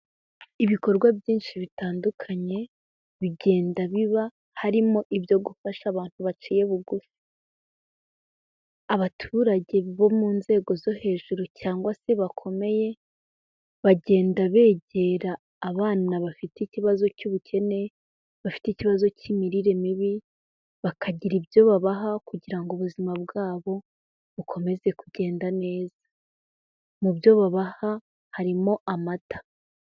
Ibikorwa byinshi bitandukanye, bigenda biba harimo ibyo gufasha abantu baciye bugufi. Abaturage bo mu nzego zo hejuru cyangwa se bakomeye, bagenda begera abana bafite ikibazo cy'ubukene, bafite ikibazo cy'imirire mibi, bakagira ibyo babaha kugira ngo ubuzima bwabo bukomeze kugenda neza. Mu byo babaha harimo amata.